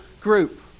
group